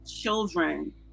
children